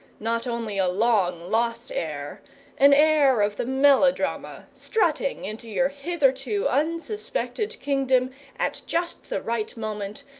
not only a long-lost heir an heir of the melodrama, strutting into your hitherto unsuspected kingdom at just the right moment,